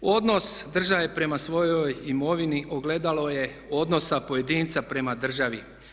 Odnos države prema svojoj imovini ogledalo je odnosa pojedinca prema državi.